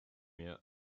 yet